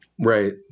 right